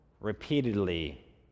repeatedly